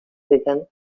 taken